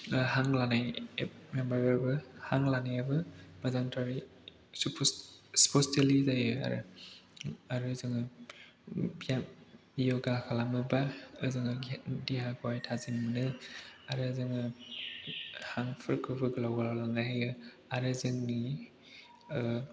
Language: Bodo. हां लानाय माबायाबो हां लानायाबो मोजांथारै स्फ'स्थ'लि जायो आरो जोङो ब्याम य'गा खालामोबा जोङो देहाखौहाय थाजिम मोनो आरो जोङो हांफोरखौबो गोलाव गोलाव लानो हायो आरो जोंनि ओ